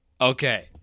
Okay